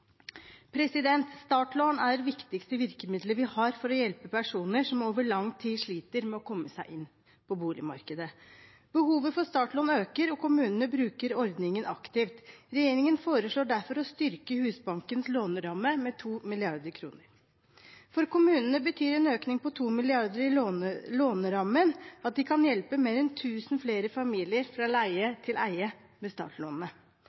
Startlån er det viktigste virkemidlet vi har for å hjelpe personer som over lang tid sliter med å komme seg inn på boligmarkedet. Behovet for startlån øker, og kommunene bruker ordningen aktivt. Regjeringen foreslår derfor å styrke Husbankens låneramme med 2 mrd. kr. For kommunene betyr en økning på 2 mrd. kr i lånerammen at de kan hjelpe mer enn tusen flere familier fra leie